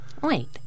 Wait